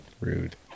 Rude